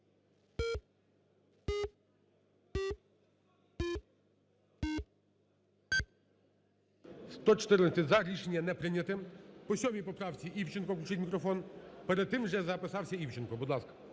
За-114 Рішення не прийнято. По 7 поправці Івченку включіть мікрофон. Перед тим вже записався Івченко. Будь ласка.